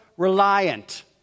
Reliant